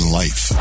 life